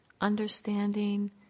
understanding